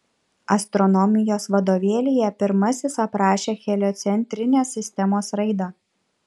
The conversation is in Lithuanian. astronomijos vadovėlyje pirmasis aprašė heliocentrinės sistemos raidą